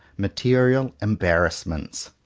material embarrassments.